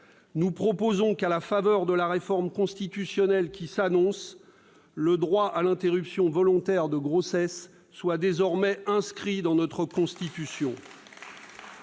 Nous proposons qu'à la faveur de la réforme constitutionnelle qui s'annonce le droit à l'interruption volontaire de grossesse soit désormais inscrit dans notre Constitution.